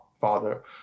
father